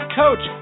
coach